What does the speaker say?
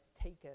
taken